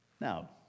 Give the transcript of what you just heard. Now